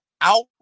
out